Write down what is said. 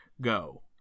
go